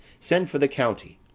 send for the county.